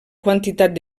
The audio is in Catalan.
quantitat